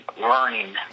learning